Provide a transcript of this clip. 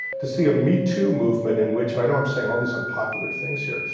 to see a me too movement in which, and i know i'm saying all these unpopular things here,